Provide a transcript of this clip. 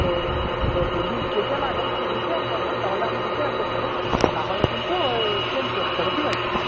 তো তো যদি কেটে না যায় যদি রিপেয়ার করা যায় তাহলে আমি রিপেয়ার করে দেবো না হলে কিন্তু ওই চেঞ্জ করতে হবে ঠিক আছে